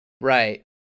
Right